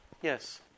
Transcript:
yes